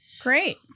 Great